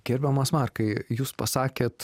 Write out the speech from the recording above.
gerbiamas markai jūs pasakėt